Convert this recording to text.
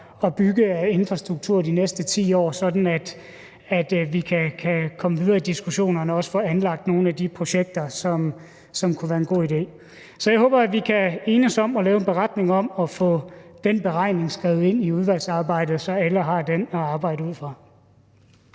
at bygge af infrastruktur de næste 10 år, sådan at vi kan komme videre i diskussionen og også få anlagt nogle af de projekter, som kunne være en god idé. Så jeg håber, at vi i udvalgsarbejdet kan enes om at lave en beretning om at få den beregning skrevet ind, så alle har den at arbejde ud fra.